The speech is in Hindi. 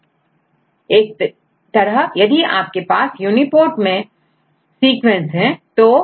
इस तरह यदि यह हेलीकल प्रोटीन है तो इसमें हाइड्रोफोबिक रेसिड्यू डोमिनेट करेंगे